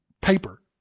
paper